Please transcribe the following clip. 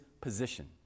position